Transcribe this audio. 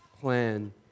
plan